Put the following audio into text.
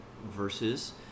versus